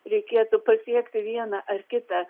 reikėtų pasiekti vieną ar kitą